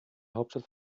hauptstadt